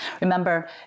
Remember